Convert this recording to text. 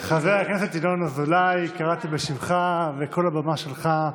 הכנסת ינון אזולאי, קראתי בשמך, וכל הבמה שלך.